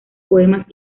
poemas